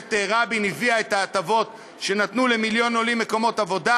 שממשלת רבין הביאה את ההטבות שנתנו למיליון עולים מקומות עבודה,